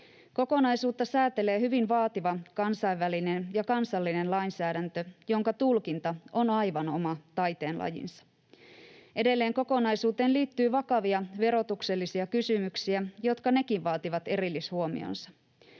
Kokonaisuutta säätelee hyvin vaativa kansainvälinen ja kansallinen lainsäädäntö, jonka tulkinta on aivan oma taiteenlajinsa. Edelleen kokonaisuuteen liittyy vakavia verotuksellisia kysymyksiä, jotka nekin vaativat erillishuomionsa.